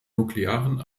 nuklearen